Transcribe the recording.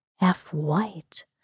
half-white